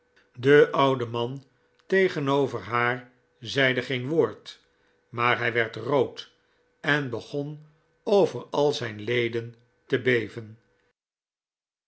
de oude man tegenover haar zeide geen woord maar hij werd rood en begon over al zijn leden te beven